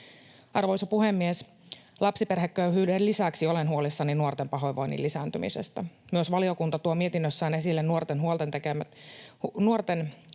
Arvoisa puhemies! Lapsiperheköyhyyden lisäksi olen huolissani nuorten pahoinvoinnin lisääntymisestä. Myös valiokunta tuo mietinnössään esille nuorten tekemien